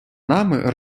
нами